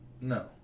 No